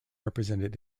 represented